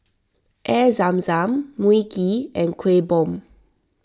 Air Zam Zam Mui Kee and Kueh Bom